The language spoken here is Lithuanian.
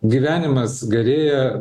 gyvenimas gerėja